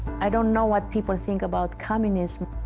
i don't know what people think about communism.